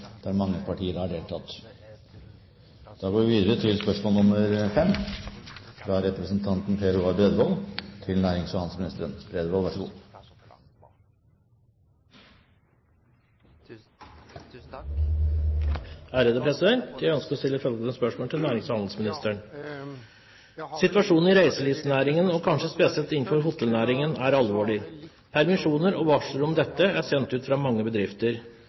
der mange partier har deltatt. Vi går videre til spørsmål 5. Jeg ønsker å stille følgende spørsmål til nærings- og handelsministeren: «Situasjonen i reiselivsnæringen og kanskje spesielt innenfor hotellnæringen er alvorlig. Permisjoner og varsler om dette er sendt ut fra mange bedrifter.